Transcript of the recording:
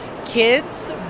Kids